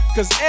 Cause